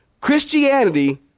Christianity